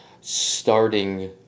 starting